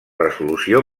resolució